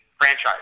franchise